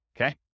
okay